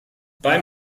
beim